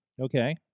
Okay